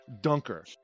dunker